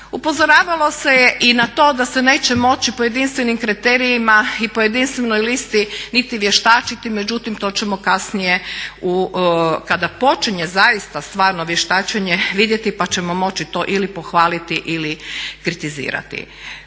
Upozoravalo se je i na to da se neće moći po jedinstvenim kriterijima i po jedinstvenoj listi niti vještačiti, međutim to ćemo kasnije kada počinje zaista stvarno vještačenja vidjeti pa ćemo moći to ili pohvaliti ili kritizirati.